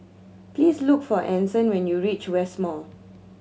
please look for Anson when you reach West Mall